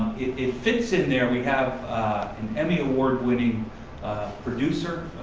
it fits in there. we have an emmy award winning producer,